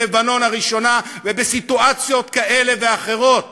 במלחמת לבנון הראשונה ובסיטואציות כאלה ואחרות.